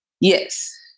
Yes